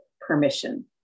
permission